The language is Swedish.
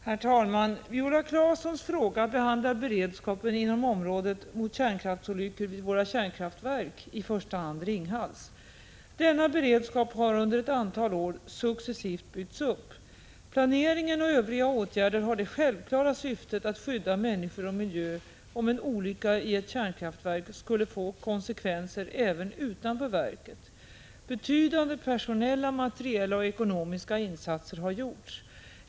Herr talman! Viola Claessons fråga behandlar beredskapen inom området mot kärnkraftsolyckor vid våra kärnkraftverk, i första hand Ringhals. Denna beredskap har under ett antal år successivt byggts upp. Planeringen och övriga åtgärder har det självklara syftet att skydda människor och miljö, om en olycka i ett kärnkraftverk skulle få konsekvenser även utanför verket. Betydande personella, materiella och ekonomiska instser har gjorts.